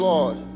Lord